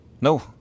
No